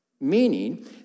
Meaning